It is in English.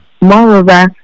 Moreover